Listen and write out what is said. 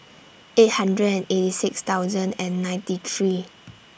eight hundred and eighty six thousand and ninety three